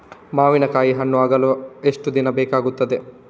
ಮಾವಿನಕಾಯಿ ಹಣ್ಣು ಆಗಲು ಎಷ್ಟು ದಿನ ಬೇಕಗ್ತಾದೆ?